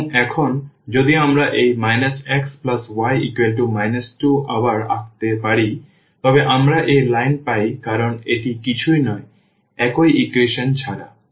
এবং এখন যদি আমরা এই xy 2 আবার আঁকতে পারি তবে আমরা একই লাইন পাই কারণ এটি কিছুই নয় একই ইকুয়েশন ছাড়া